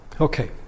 Okay